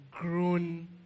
grown